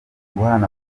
guhana